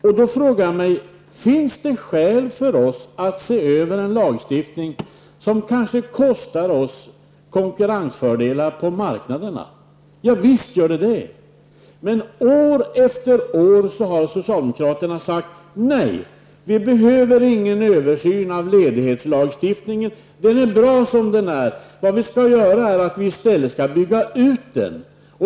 Jag frågar mig om det finns skäl för oss att se över den lagstiftning som kanske kostar konkurrensfördelar på marknaderna. Ja, visst gör det det. Men år efter år har socialdemokraterna sagt: Nej, vi behöver ingen översyn av ledighetslagstiftningen. Den är bra som den är. Vad vi skall göra är att bygga ut den.